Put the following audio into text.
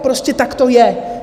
Prostě tak to je.